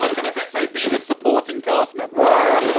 um gonna say be the supporting cast member. right,